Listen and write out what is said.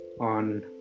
on